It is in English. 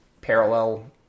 parallel